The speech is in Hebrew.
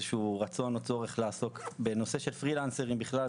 שהוא רצון או צורך לעסוק בנושא של פרילנסרים בכלל,